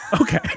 Okay